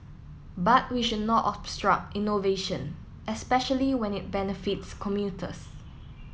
but we should not obstruct innovation especially when it benefits commuters